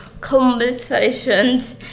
conversations